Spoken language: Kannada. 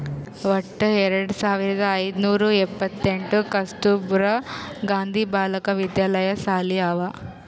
ವಟ್ಟ ಎರಡು ಸಾವಿರದ ಐಯ್ದ ನೂರಾ ಎಪ್ಪತ್ತೆಂಟ್ ಕಸ್ತೂರ್ಬಾ ಗಾಂಧಿ ಬಾಲಿಕಾ ವಿದ್ಯಾಲಯ ಸಾಲಿ ಅವಾ